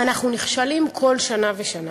ואנחנו נכשלים כל שנה ושנה.